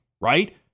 right